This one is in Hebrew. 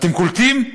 אתם קולטים?